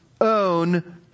own